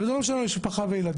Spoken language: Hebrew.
ולא משנה אם יש לה משפחה וילדים.